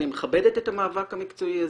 אני מכבדת את המאבק המקצועי הזה,